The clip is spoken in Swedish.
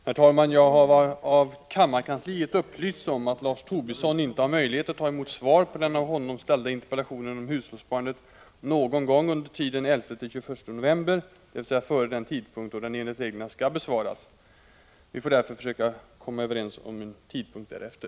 Herr talman! Jag har av kammarkansliet upplysts om att Lars Tobisson inte har möjlighet att ta emot svaret på den av honom ställda interpellationen om hushållssparandet någon gång under tiden den 11-21 november, dvs. före den tidpunkt då den enligt reglerna skall besvaras. Vi får därför försöka komma överens om en tidpunkt därefter.